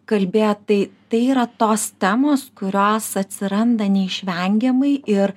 kalbėt tai tai yra tos temos kurios atsiranda neišvengiamai ir